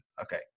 Okay